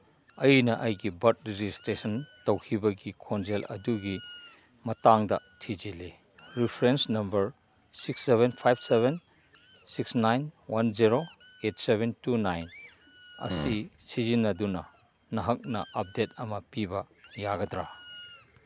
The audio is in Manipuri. ꯑꯩꯅ ꯑꯩꯒꯤ ꯕꯔꯠ ꯔꯦꯖꯤꯁꯇ꯭ꯔꯦꯁꯟ ꯇꯧꯈꯤꯕꯒꯤ ꯈꯣꯟꯖꯦꯜ ꯑꯗꯨꯒꯤ ꯃꯇꯥꯡꯗ ꯊꯤꯖꯤꯜꯂꯤ reference number six seven five seven six nine one zero eight seven two nine ꯑꯁꯤ ꯁꯤꯖꯤꯟꯅꯗꯨꯅ ꯅꯍꯥꯛꯅ ꯑꯞꯗꯦꯠ ꯑꯃ ꯄꯤꯕ ꯌꯥꯒꯗ꯭ꯔꯥ